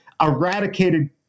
eradicated